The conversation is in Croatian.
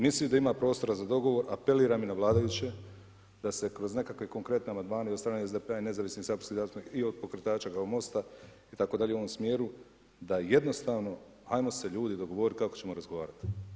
Mislim da ima prostora za dogovor, apeliram i na vladajuće da se na nekakve konkretne amandmane od strane SDP-a i nezavisnih saborskih zastupnika i od pokretača kao MOST-a itd. u ovom smjeru da jednostavno hajmo se ljudi dogovoriti kako ćemo razgovarati.